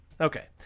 Okay